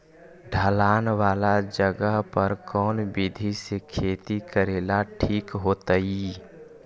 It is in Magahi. ढलान वाला जगह पर कौन विधी से खेती करेला ठिक होतइ?